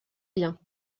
bien